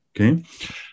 Okay